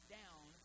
down